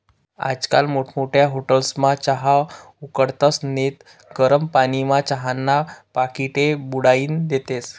आजकाल मोठमोठ्या हाटेलस्मा चहा उकाळतस नैत गरम पानीमा चहाना पाकिटे बुडाईन देतस